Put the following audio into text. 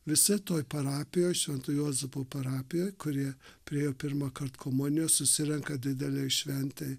visi toj parapijoje švento juozapo parapijoj kurie priėjo pirmąkart komunijos susirenka didelė šventė